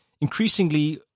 Increasingly